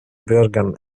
bürgern